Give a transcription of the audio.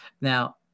Now